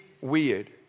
weird